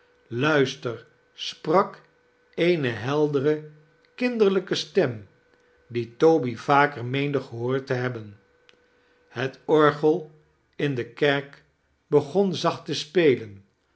lnister sprak eene heldere kinderldjke stem die toby vaker meende gehoord te hebben het orgel in de kerk begon zacht te spelen